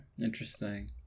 Interesting